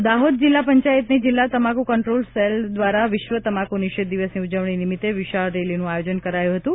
તો દાહોદ જિલ્લા પંચાયતની જિલ્લા તમાકુ કંટ્રોલ સેલ દ્વારા વિશ્વ તમાકુ નિષેધ દિવસની ઉજવણી નિમિત્તે વિશાળ રેલીનું આયોજન કરાયું હતું